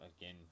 again